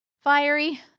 fiery